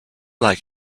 like